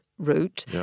route